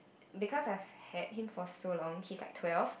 because I've had him for so long he's like twelve